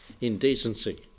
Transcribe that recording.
Indecency